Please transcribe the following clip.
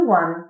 one